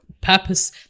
purpose